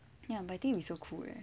ya but I think it's so cool eh